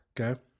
Okay